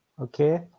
Okay